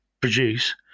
produce